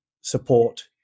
support